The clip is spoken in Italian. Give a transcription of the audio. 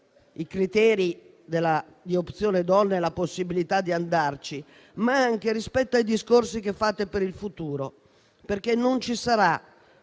ai criteri di opzione donna e la possibilità di avvalersene, ma anche rispetto ai discorsi che fate per il futuro. Non ci sarà